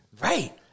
Right